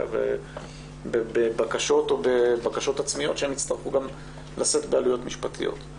בבקשות עצמיות שהם יצטרכו גם לשאת בעלויות משפטיות.